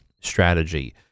strategy